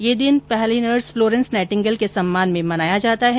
यह दिन पहली नर्स फ्लोरेंस नाइटिंगेल के सम्मान में मनाया जाता है